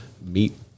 meet